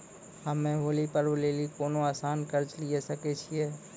हम्मय होली पर्व लेली कोनो आसान कर्ज लिये सकय छियै?